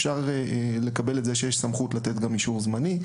אפשר לקבל את זה שיש סמכות לתת גם אישור זמני.